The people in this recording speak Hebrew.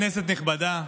כנסת נכבדה,